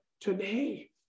today